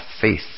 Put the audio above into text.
faith